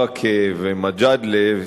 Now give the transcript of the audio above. ברכה ומג'אדלה,